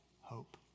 hope